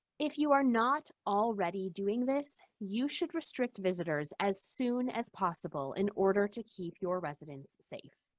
if you are not already doing this, you should restrict visitors as soon as possible in order to keep your residents safe.